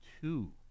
two